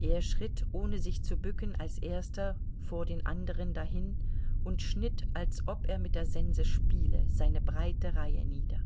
er schritt ohne sich zu bücken als erster vor den anderen dahin und schnitt als ob er mit der sense spiele seine breite reihe nieder